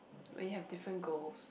we have different goals